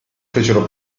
fecero